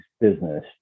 business